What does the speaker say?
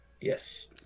Yes